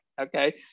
okay